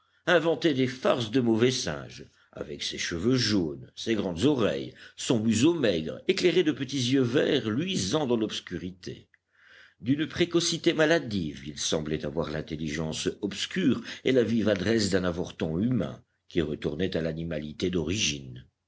inventait des farces de mauvais singe avec ses cheveux jaunes ses grandes oreilles son museau maigre éclairé de petits yeux verts luisants dans l'obscurité d'une précocité maladive il semblait avoir l'intelligence obscure et la vive adresse d'un avorton humain qui retournait à l'animalité d'origine